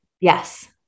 Yes